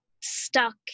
stuck